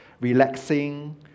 relaxing